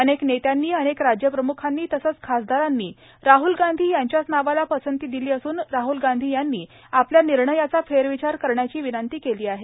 अनेक नेत्यानी अनेक राज्यप्रम्खांनी तसंच खासदारांनी राहल गांधी यांच्याच नावाला पसंती दिली असून राहल गांधी यांनी आपल्या निर्णयाचा फेरविचार करण्याची विनंती केली आहे